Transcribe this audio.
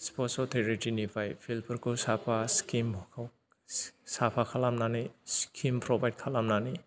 sports अटरिटिनिफ्राय फिल्डफोरखौ जाहाथे साफा स्किम साफा खालामनानै स्किम फ्रभाइड खालामनानै